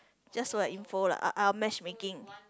just for your info lah ah ah matchmaking